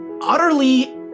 utterly